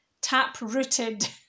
tap-rooted